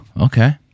okay